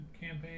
campaign